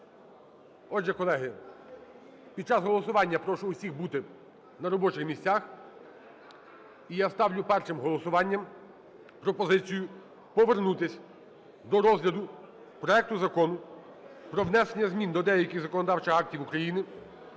Отже, колеги, під час голосування прошу всіх бути на робочих місцях. І я ставлю першим голосуванням пропозицію повернутись до розгляду проекту Закону про внесення змін до деяких законодавчих актів України